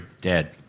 Dead